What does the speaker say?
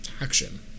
action